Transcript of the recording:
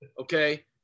Okay